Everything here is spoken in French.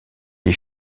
les